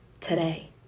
Today